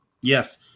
Yes